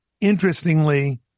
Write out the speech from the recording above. interestingly